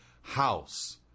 house